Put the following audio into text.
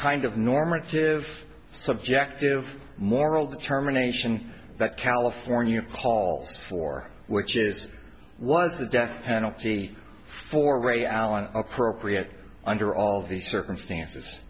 kind of normative subjective moral determination that california call for which is was the death penalty for ray allen appropriate under all the circumstances